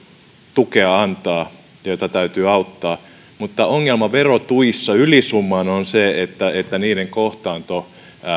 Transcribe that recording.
tukea antaa täytyy auttaa mutta ongelma verotuissa ylisummaan on se että niiden kohtaanto